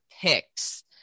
picks